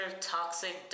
toxic